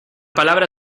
palabra